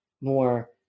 more